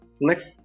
Next